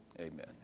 Amen